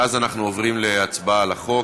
ואז אנחנו עוברים להצבעה על החוק.